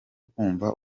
kumva